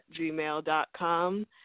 gmail.com